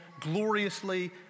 gloriously